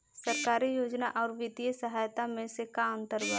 सरकारी योजना आउर वित्तीय सहायता के में का अंतर बा?